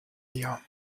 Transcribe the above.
mir